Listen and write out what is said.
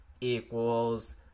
equals